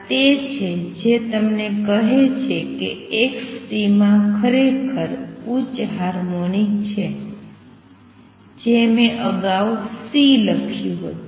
તેથી આ તે છે જે તમને કહે છે કે xt માં ખરેખર ઉચ્ચ હાર્મોનિક છે જે મેં અગાઉ C લખ્યું હતું